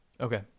okay